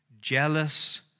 jealous